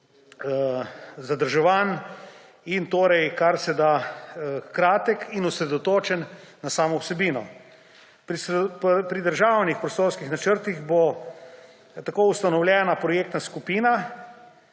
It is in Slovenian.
zadrževanj, torej karseda kratek in osredotočen na samo vsebino. Pri državnih prostorskih načrtih bo tako ustanovljena projektna skupina,